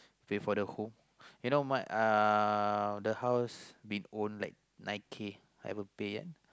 pay for the who you know what uh the house we own like nine kay haven't pay yet